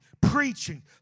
preaching